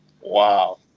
Wow